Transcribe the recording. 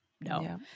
No